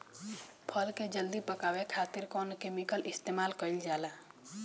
फल के जल्दी पकावे खातिर कौन केमिकल इस्तेमाल कईल जाला?